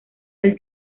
del